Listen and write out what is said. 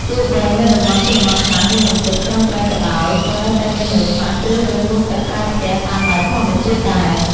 ទោះបី នៅតំបន់ជនបទខ្លះមានបន្ទប់ត្រឹមត្រូវក៏ដោយ ក៏នៅតែមានមនុស្សខ្លះជ្រើសរើសងូតទឹកក្រៅផ្ទះតាមបែបធម្មជាតិដែរ។